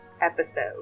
episode